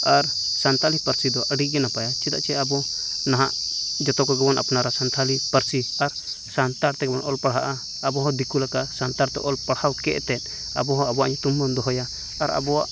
ᱟᱨ ᱥᱟᱱᱛᱟᱞᱤ ᱯᱟᱹᱨᱥᱤ ᱫᱚ ᱟᱹᱰᱤᱜᱮ ᱱᱟᱯᱟᱭᱟ ᱪᱮᱫᱟᱜ ᱪᱮ ᱟᱵᱚ ᱱᱟᱦᱟᱜ ᱡᱚᱛᱚ ᱠᱚᱜᱮᱵᱚᱱ ᱟᱯᱱᱟᱨᱟ ᱥᱟᱱᱛᱷᱟᱞᱤ ᱯᱟᱹᱨᱥᱤ ᱟᱨ ᱥᱟᱱᱛᱟᱲ ᱛᱮᱜᱮᱵᱚᱱ ᱚᱞ ᱯᱟᱲᱦᱟᱜᱼᱟ ᱟᱵᱚ ᱦᱚᱸ ᱫᱤᱠᱩ ᱞᱮᱠᱟ ᱥᱟᱱᱛᱟᱲᱛᱮ ᱚᱞ ᱯᱟᱲᱦᱟᱣ ᱠᱮᱫᱛᱮ ᱟᱵᱚᱦᱚᱸ ᱟᱵᱚᱣᱟᱜ ᱧᱩᱛᱩᱢ ᱵᱚᱱ ᱫᱚᱦᱚᱭᱟ ᱟᱨ ᱟᱵᱚᱭᱟᱜ